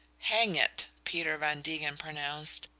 hang it, peter van degen pronounced,